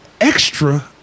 extra